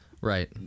Right